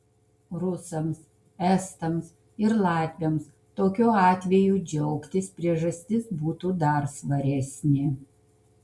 rusams estams ir latviams tokiu atveju džiaugtis priežastis būtų dar svaresnė